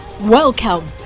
Welcome